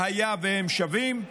והיה והם שווים בחוק,